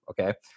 okay